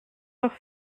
leurs